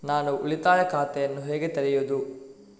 ನಾನು ಉಳಿತಾಯ ಖಾತೆಯನ್ನು ಹೇಗೆ ತೆರೆಯುದು?